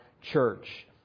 church